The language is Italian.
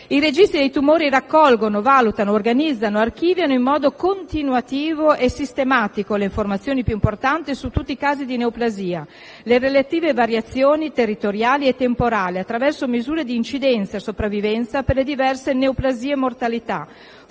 I registri tumori raccolgono, valutano, organizzano, archiviano in modo continuativo e sistematico le informazioni più importanti su tutti i casi di neoplasia, le relative variazioni territoriali e temporali attraverso misure di incidenza e sopravvivenza per le diverse neoplasie e mortalità,